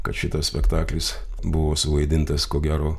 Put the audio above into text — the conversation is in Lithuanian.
kad šitas spektaklis buvo suvaidintas ko gero